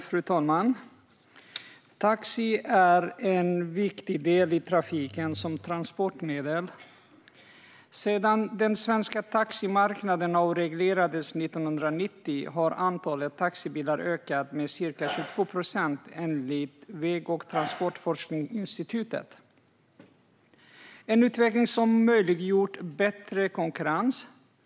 Fru talman! Taxi är en viktig del i trafiken som transportmedel. Sedan den svenska taximarknaden avreglerades 1990 har antalet taxibilar ökat med ca 22 procent enligt Väg och transportforskningsinstitutet. Det är en utveckling som möjliggjort en bättre konkurrens.